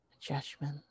judgment